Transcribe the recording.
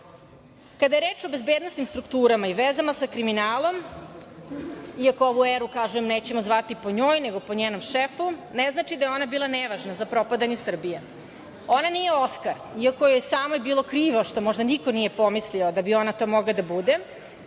je reč o bezbednosnim strukturama i vezama sa kriminalom, iako ovu eru, kažem, nećemo zvati po njoj, nego po njenom šefu, ne znači da je ona bila nevažna za propadanje Srbije. Ona nije „oskar“, iako je samoj bilo krivo što možda niko nije pomislio da bi ona to mogla da bude,